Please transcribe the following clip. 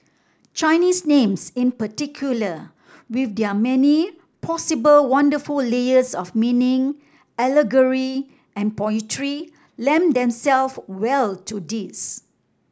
Chinese names in particular with their many possible wonderful layers of meaning allegory and poetry lend them self well to this